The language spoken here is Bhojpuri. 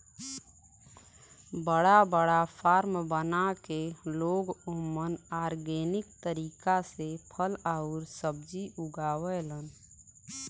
बड़ा बड़ा फार्म बना के लोग ओमन ऑर्गेनिक तरीका से फल आउर सब्जी उगावलन